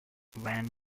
went